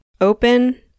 open